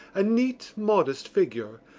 a neat modest figure,